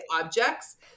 objects